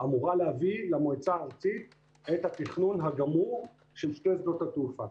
אמורה להביא למועצה הארצית את התכנון הגמור של שני שדות התעופה.